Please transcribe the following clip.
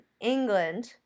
England